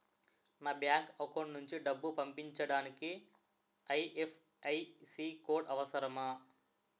నా bank account నుంచి డబ్బు పంపించడానికి ఐ.ఎఫ్.ఎస్.సి కోడ్ అవసరమా?